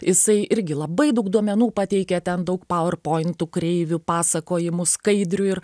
jisai irgi labai daug duomenų pateikia ten daug pauer pointų kreivių pasakojimų skaidrių ir